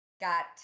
got